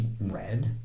red